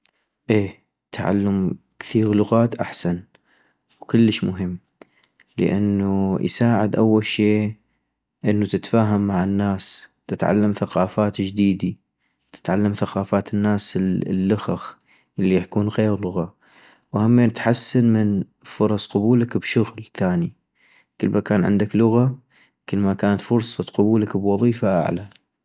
اي تعلم كثيغ لغات احسن وكلش مهم، لانو يساعد أول شي انو نتفاهم مع الناس ، تتعلم ثقافات جديدي ،تتعلم ثقافات الناس الخخ الي يحكون غيغ لغة - وهمين تحسن من فرص قبولك بشغل ثاني، كلما كان عندك لغة كلما كان فرصة قبولك بوظيفة أعلى